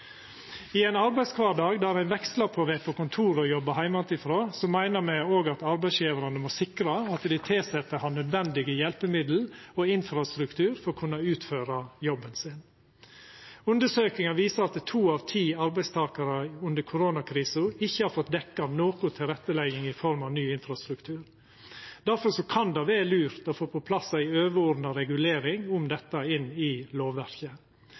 I ein arbeidskvardag der ein vekslar på å vera på kontoret og jobba heimanfrå, meiner me òg at arbeidsgjevarane må sikra at dei tilsette har nødvendige hjelpemiddel og infrastruktur for å kunna utføra jobben sin. Undersøkingar viser at to av ti arbeidstakarar under koronakrisa ikkje har fått dekt noko tilrettelegging i form av ny infrastruktur. Difor kan det vera lurt å få på plass ei overordna regulering om dette i lovverket,